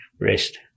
rest